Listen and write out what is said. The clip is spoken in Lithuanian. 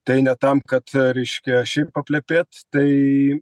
tai ne tam kad reiškia šiaip paplepėt tai